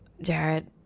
jared